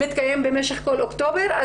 זה מתקיים במשך כל אוקטובר.